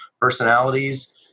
personalities